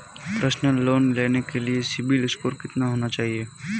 Personal loan लेने के लिए सिबिल स्कोर कितना होना चाहिए?